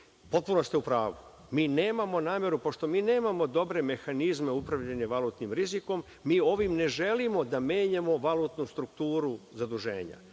potpuno ste u pravu, mi nemamo nameru, pošto mi nemamo dobre mehanizme upravljanja valutnim rizikom, mi ovim ne želimo da menjamo valutnu strukturu zaduženja.